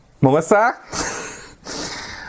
Melissa